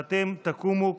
ואתם תקומו,